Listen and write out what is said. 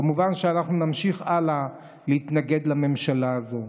כמובן שאנחנו נמשיך הלאה להתנגד לממשלה הזו.